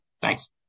Thanks